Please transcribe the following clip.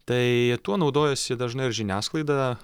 tai tuo naudojasi dažnai ir žiniasklaida